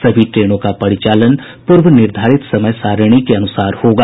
सभी ट्रेनों का परिचालन पूर्व निर्धारित समय सारिणी के अनुसार ही होगा